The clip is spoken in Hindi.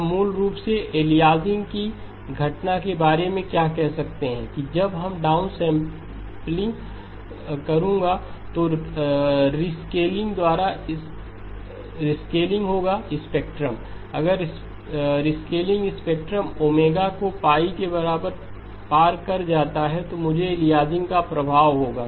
अब मूल रूप से हम एलियासिंग की घटना के बारे में क्या कह सकते हैं कि जब मैं डाउनस्लैम्पिंग करूंगा तो रिस्कलिंग होगा स्पेक्ट्रम अगर रिस्कलिंग स्पेक्ट्रम ओमेगा को पाई के बराबर पार कर जाता है तो मुझे एलियासिंग का प्रभाव होगा